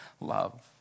love